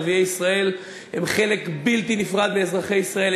ערביי ישראל הם חלק בלתי נפרד מאזרחי ישראל.